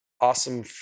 awesome